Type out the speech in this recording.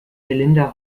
melinda